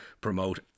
promote